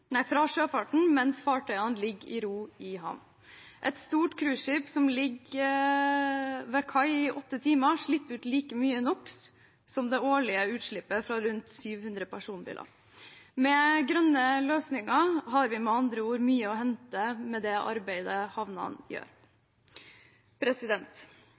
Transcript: mens fartøyene ligger i ro i havn. Et stort cruiseskip som ligger ved kai i 8 timer, slipper ut like mye NO x som det årlige utslippet fra rundt 700 personbiler. Med grønne løsninger har vi med andre ord mye å hente med det arbeidet havnene gjør.